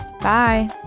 Bye